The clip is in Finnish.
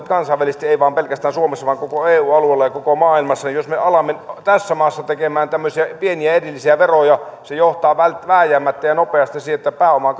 kansainvälisesti eivät vain pelkästään suomessa vaan koko eu alueella ja koko maailmassa ja jos me alamme tässä maassa tekemään tämmöisiä pieniä erillisiä veroja se johtaa vääjäämättä ja nopeasti siihen että pääoma